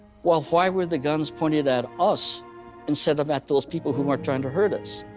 well, why were the guns pointed at us instead of at those people who are trying to hurt us?